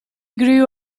grew